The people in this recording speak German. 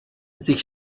sich